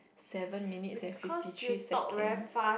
seven minutes and fifty three seconds